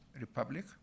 republic